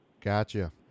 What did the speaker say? Gotcha